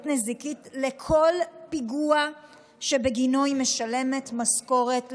נזיקית לכל פיגוע שבגינו היא משלמת משכורת למחבלים.